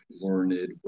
learned